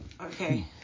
okay